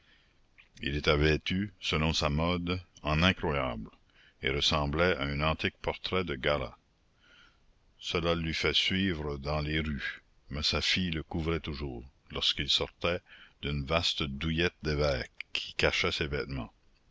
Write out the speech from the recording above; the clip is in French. il était vêtu selon sa mode en incroyable et ressemblait à un antique portrait de garat cela l'eût fait suivre dans les rues mais sa fille le couvrait toujours lorsqu'il sortait d'une vaste douillette d'évêque qui cachait ses vêtements